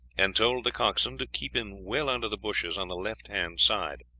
and told the coxswain to keep in well under the bushes on the left hand side